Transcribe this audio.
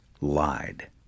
lied